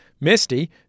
Misty